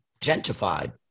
gentrified